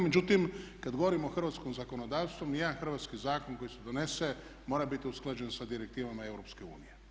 Međutim, kad govorimo o hrvatskom zakonodavstvu sve i jedan hrvatski zakon koji se donese mora biti usklađen sa direktivama EU.